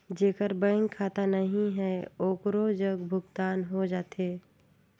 जेकर बैंक खाता नहीं है ओकरो जग भुगतान हो जाथे?